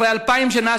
אחרי אלפיים שנה,